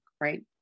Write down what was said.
right